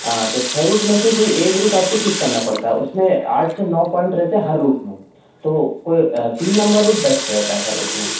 हाँ तो छः रूट में से कोई एक रूट आपको चूज़ करना पड़ता है उसमें आठ से नौ पॉइन्ट रहते हैं हर रूट में तो कोई तीन नम्बर रूट बेस्ट रहता है सर उसमें